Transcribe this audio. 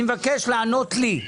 אני מבקש לענות לי,